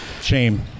shame